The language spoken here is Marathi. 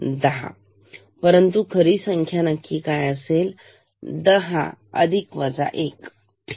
10 परंतु खरी संख्या नक्की संख्या असेल 10 1 ठीक